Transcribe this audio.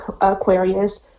Aquarius